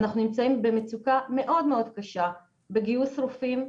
אנחנו נמצאים במצוקה מאוד מאוד קשה בגיוס רופאים,